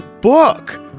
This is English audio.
book